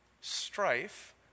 strife